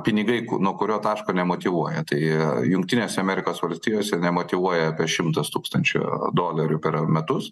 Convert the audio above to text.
pinigai nuo kurio taško nemotyvuoja tai jungtinėse amerikos valstijose ir nemotyvuoja apie šimtas tūkstančių dolerių per metus